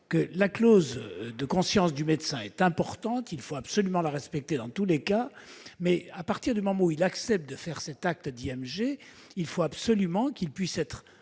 La clause de conscience du médecin est, me semble-t-il, importante, et il faut absolument la respecter dans tous les cas. Mais, à partir du moment où il accepte de faire cet acte d'IMG, il faut absolument qu'il puisse être